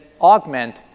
augment